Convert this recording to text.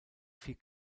vier